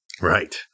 Right